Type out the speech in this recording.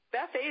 Beth